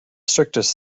strictest